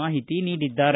ಮಾಹಿತಿ ನೀಡಿದ್ದಾರೆ